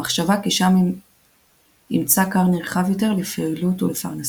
במחשבה כי שם ימצא כר נרחב יותר לפעילות ולפרנסה.